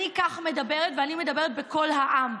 אני כך מדברת, ואני מדברת בקול העם.